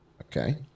Okay